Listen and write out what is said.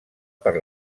per